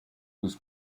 was